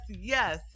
yes